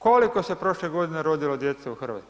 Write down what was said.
Koliko se prošle godine rodilo djece u RH?